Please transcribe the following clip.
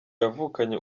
yavukanye